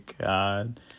god